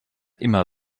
immer